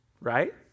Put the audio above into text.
right